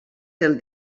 del